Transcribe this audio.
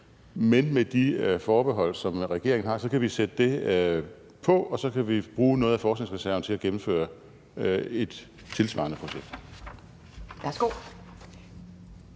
men med de forbehold, som regeringen har, på, og så kan vi bruge noget af forskningsreserven til at gennemføre et tilsvarende projekt? Kl.